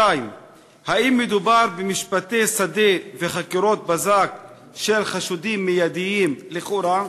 2. האם מדובר במשפטי שדה וחקירות בזק של חשודים מיידיים לכאורה?